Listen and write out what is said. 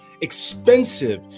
expensive